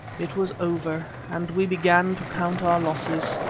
it was over, and we began to count our losses.